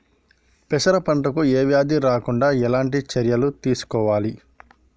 పెరప పంట కు ఏ వ్యాధి రాకుండా ఎలాంటి చర్యలు తీసుకోవాలి?